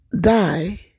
die